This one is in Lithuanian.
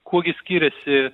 kuo gi skiriasi